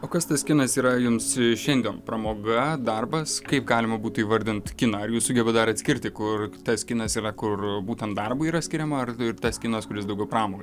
o kas tas kinas yra jums šiandien pramoga darbas kaip galima būtų įvardinti kiną ar jūs sugebat dar atskirti kur tas kinas yra kur būtent darbui yra skiriama ar ir tas kinas kuris daugiau pramogai